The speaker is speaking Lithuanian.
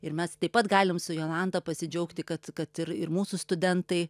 ir mes taip pat galim su jolanta pasidžiaugti kad kad ir mūsų studentai